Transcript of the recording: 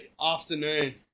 afternoon